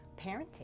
parenting